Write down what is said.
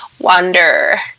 Wander